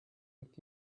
with